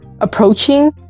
approaching